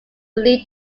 leave